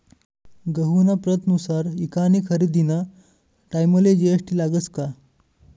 गहूना प्रतनुसार ईकानी खरेदीना टाईमले जी.एस.टी लागस का?